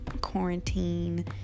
quarantine